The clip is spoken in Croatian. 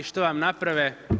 Što vam naprave?